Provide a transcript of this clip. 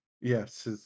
Yes